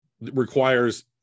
requires